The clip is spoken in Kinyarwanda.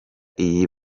iyi